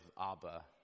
Abba